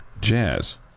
Jazz